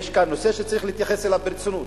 יש כאן נושא שצריך להתייחס אליו ברצינות.